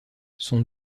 son